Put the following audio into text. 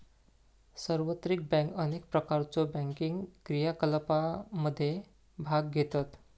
सार्वत्रिक बँक अनेक प्रकारच्यो बँकिंग क्रियाकलापांमध्ये भाग घेतत